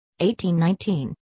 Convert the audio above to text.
1819